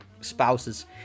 spouses